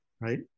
right